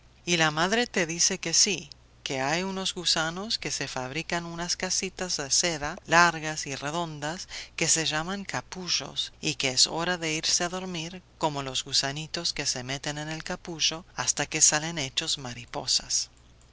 y la madre te dice que sí que hay unos gusanos que se fabrican unas casitas de seda largas y redondas que se llaman capullos y que es hora de irse a dormir como los gusanitos que se meten en el capullo hasta que salen hechos mariposas